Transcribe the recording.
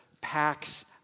packs